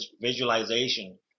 visualization